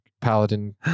paladin